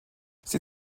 sie